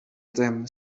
them